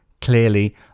Clearly